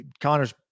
Connor's